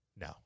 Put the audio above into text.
No